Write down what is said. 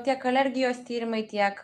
tiek alergijos tyrimai tiek